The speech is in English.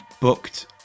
booked